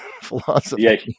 philosophy